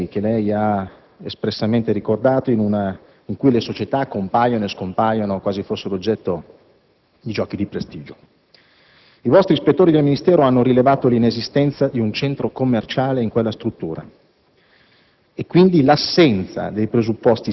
il problema è il gioco delle scatole cinesi, che lei ha ricordato, in cui le società compaiono e scompaiono quasi fossero oggetto di giochi di prestigio. Gli ispettori del Ministero hanno rilevato l'inesistenza di un centro commerciale in quella struttura